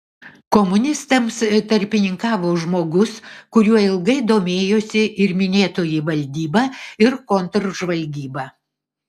komunistams tarpininkavo žmogus kuriuo ilgai domėjosi ir minėtoji valdyba ir kontržvalgyba